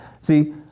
See